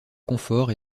confort